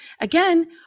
Again